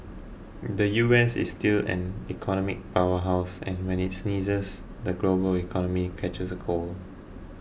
the U S is still an economic power house and when it sneezes the global economy catches a cold